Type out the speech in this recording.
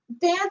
dance